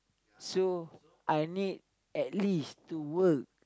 so I need at least to work